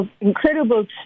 incredible